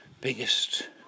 biggest